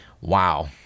Wow